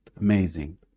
Amazing